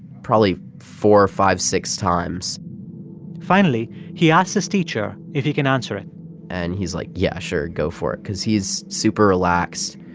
probably four, five, six times finally, he asks his teacher if he can answer answer it and he's like, yeah, sure, go for it. cause he's super relaxed.